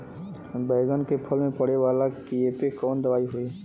बैगन के फल में पड़े वाला कियेपे कवन दवाई होई?